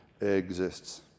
exists